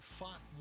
fought